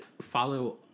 follow